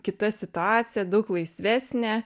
kita situacija daug laisvesnė